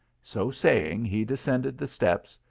so saying he descended the steps,